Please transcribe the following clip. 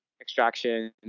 extraction